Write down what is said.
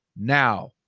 now